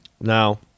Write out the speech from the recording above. Now